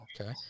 okay